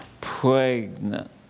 pregnant